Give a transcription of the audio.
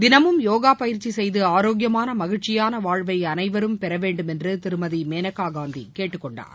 தினமும் யோகா பயிற்சி செய்து ஆரோக்கியமான மகிழ்ச்சியான வாழ்வை அனைவரும் பெறவேண்டும் என்று திருமதி மேனகா காந்தி கேட்டுக்கொண்டார்